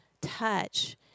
touch